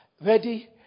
Ready